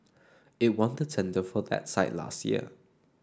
it won the tender for that site last year